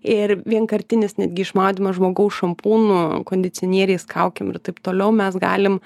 ir vienkartinis netgi išmaudymas žmogaus šampūnu kondicionieriais kaukėm ir taip toliau mes galim